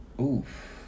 Oof